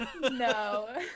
No